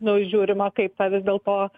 nu žiūrima kaip tą vis dėlto